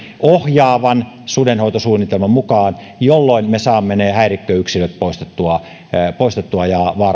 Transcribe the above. ohjaavan sudenhoitosuunnitelman mukaan jolloin me saamme ne häirikköyksilöt ja vaaraa aiheuttavat yksilöt poistettua